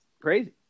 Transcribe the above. crazy